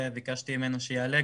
ביקשתי ממנו שיעלה,